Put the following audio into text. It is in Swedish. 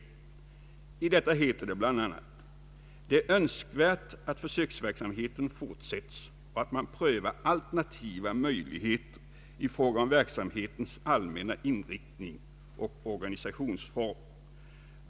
I detta svar heter det bl.a.: ”Det är önskvärt att försöksverksamheten fortsätts och att man prövar alternativa möjligheter i fråga om verksamhetens allmänna inriktning och organisationsformer.